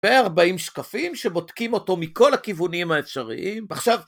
40 שקפים שבודקים אותו מכל הכיוונים האפשריים.